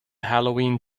halloween